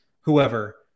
whoever